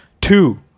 Two